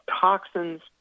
toxins